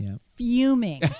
fuming